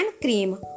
cream